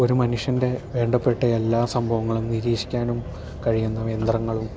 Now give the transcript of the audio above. ഒരു മനുഷ്യൻ്റെ വേണ്ടപ്പെട്ട എല്ലാ സംഭവങ്ങളും നിരീക്ഷിക്കാനും കഴിയുന്ന യന്ത്രങ്ങളും